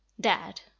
Dad